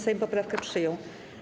Sejm poprawkę przyjął.